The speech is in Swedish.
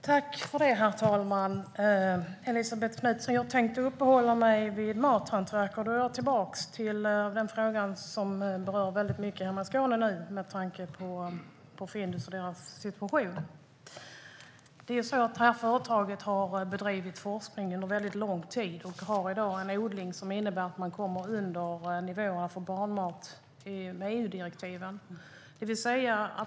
Herr talman! Jag tänkte uppehålla mig vid mathantverk, Elisabet Knutsson. Jag kommer då tillbaka till den fråga som nu berör oss mycket hemma i Skåne med tanke på Findus och dess situation. Företaget har bedrivit forskning under lång tid och har i dag en odling som innebär att man kommer under nivåerna för barnmat i EU-direktiven.